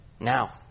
Now